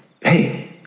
hey